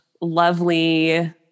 lovely